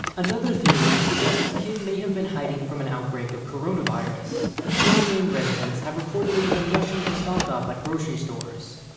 another theory suggests kim may have been hiding from an outbreak of coronavirus. pyongyang residents have reportedly been rushing to stock up at grocery stores.